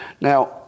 Now